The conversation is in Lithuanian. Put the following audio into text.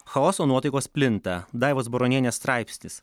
chaoso nuotaikos plinta daivos baronienės straipsnis